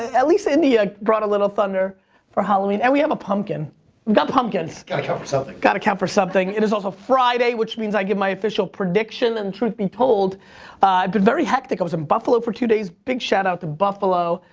at least india brought a little thunder for halloween, and we have a pumpkin. we've got pumpkins. gotta count for something. gotta count for something. it is also friday, which means i give my official prediction and truth be told, i've been very hectic. i was in buffalo for two days. big shout out to buffalo,